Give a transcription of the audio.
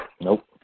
Nope